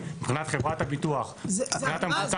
מבחינת חברת הביטוח והקופה.